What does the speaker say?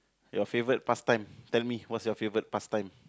your favorite past time tell me what's your favorite past time